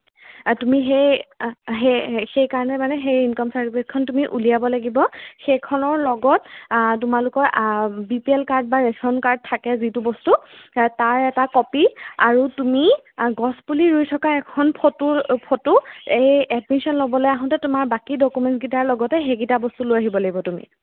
তুমি সেই সেই কাৰণে মানে সেই ইনকম চাৰ্টিফিকেটখন তুমি উলিয়াব লাগিব সেইখনৰ লগত তোমালোকৰ বি পি এল বা ৰেচন কাৰ্ড থাকে যিটো বস্তু তাৰ এটা কপি আৰু তুমি গছ পুলি ৰুই থকা এখন ফটো ফটো এই এডমিশ্যন ল'বলৈ আহোঁতে তোমাৰ বাকী ডকুমেণ্ট কেইটাৰ লগতে সেইকেইটা বস্তু লৈ আহিব লাগিব তুমি